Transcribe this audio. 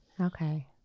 okay